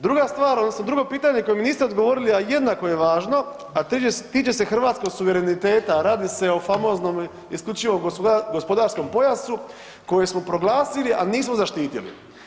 Druga stvar, odnosno drugo pitanje koje mi niste odgovorili, a jednako je važno a tiče se hrvatskog suvereniteta a radi se o famoznom isključivom gospodarskom pojasu koji smo proglasili, ali nismo zaštitili.